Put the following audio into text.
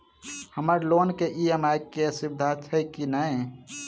हम्मर लोन केँ ई.एम.आई केँ सुविधा छैय की नै?